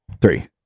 Three